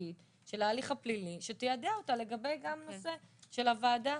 המשפטית של ההליך הפלילי שתיידע אותה לגבי הנושא של הוועדה,